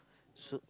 Sue